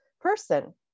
person